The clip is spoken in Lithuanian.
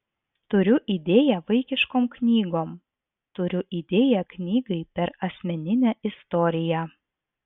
turiu idėją vaikiškom knygom turiu idėją knygai per asmeninę istoriją